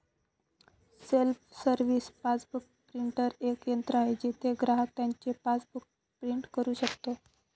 self service passbook printer एक यंत्र आहे जिथे ग्राहक त्याचे पासबुक प्रिंट करू शकतो